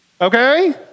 okay